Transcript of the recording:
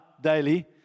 daily